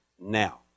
now